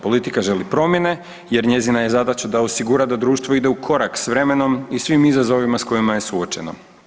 Politika želi promjene, jer njezina je zadaća da osigura da društvo ide u korak sa vremenom i svim izazovima sa kojima je suočena.